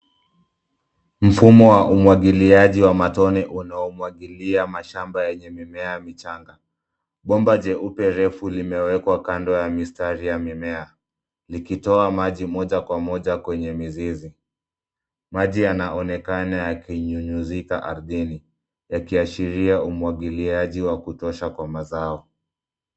Mfumo wa umwagiliaji wa matone unaomwagilia mashamba yenye mimea michanga. Bomba jeupe refu limewekwa kando ya mistari ya mimea likitoa maji moja kwa moja kwenye mizizi. Maji yanaonekana yakinyunyizika ardhini yakiashiria umwagiliaji wa kutosha kwa mazao.